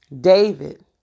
David